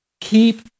Keep